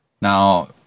Now